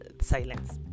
silence